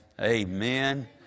amen